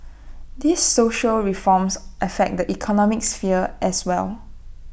these social reforms affect the economic sphere as well